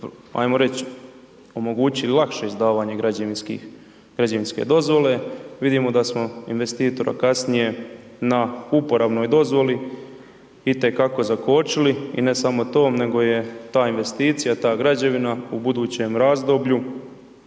ajmo reć' omogućili lakše izdavanje građevinskih, građevinske dozvole, vidimo da smo investitora kasnije na uporabnoj dozvoli itekako zakočili, i ne samo to, nego je ta investicija, ta građevina u budućem razdoblju